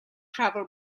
travel